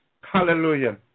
Hallelujah